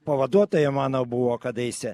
pavaduotoja mano buvo kadaise